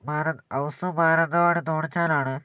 house Mananthavady തോണിച്ചാലാണ്